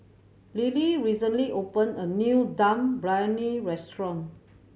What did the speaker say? Lilly recently opened a new Dum Briyani restaurant